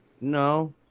No